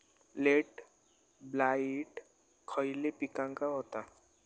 Late blight खयले पिकांका होता?